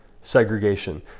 segregation